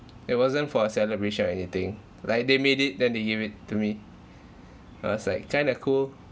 it wasn't for a celebration or anything like they made it then they gave it to me it was like kind of cool